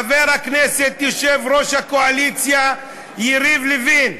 חבר הכנסת, יושב-ראש הקואליציה יריב לוין,